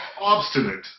obstinate